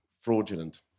fraudulent